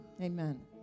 Amen